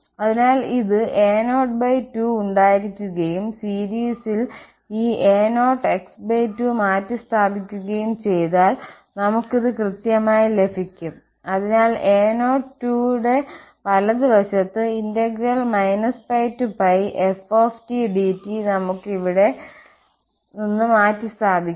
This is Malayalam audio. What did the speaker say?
അതിനാൽ ഇത് a02 ഉണ്ടായിരിക്കുകയും സീരിസിൽ ഈ a0x2 മാറ്റിസ്ഥാപിക്കുകയും ചെയ്താൽ നമുക്ക് ഇത് കൃത്യമായി ലഭിക്കും അതിനാൽ a02യു ടെ വലതുവശത്ത് πf dt നമുക്ക് ഇവിടെ നിന്ന് മാറ്റിസ്ഥാപിക്കാം